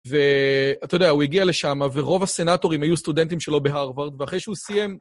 ואתה יודע, הוא הגיע לשם, ורוב הסנטורים היו סטודנטים שלו בהרווארד, ואחרי שהוא סיים...